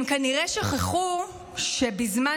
הם כנראה שכחו שבזמן